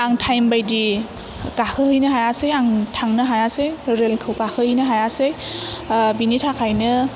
आं टाइम बायदि गाखोहैनो हायासै आं थांनो हायासै रेलखौ गाखोहैनो हायासै बेनि थाखायनो